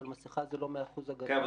אבל מסכה זה לא מהסוג ההגנה --- כן,